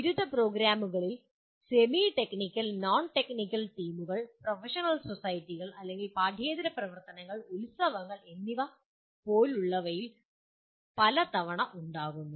ബിരുദ പ്രോഗ്രാമുകളിൽ semi technical non technical ടീമുകൾ പ്രൊഫഷണൽ സൊസൈറ്റികൾ അല്ലെങ്കിൽ പാഠ്യേതര പ്രവർത്തനങ്ങൾ ഉത്സവങ്ങൾ എന്നിവ പോലുള്ളവയിൽ പലതവണ ഉണ്ടാവുന്നു